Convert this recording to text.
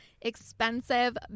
expensive